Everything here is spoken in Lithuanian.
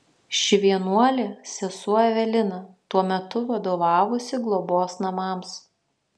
ši vienuolė sesuo evelina tuo metu vadovavusi globos namams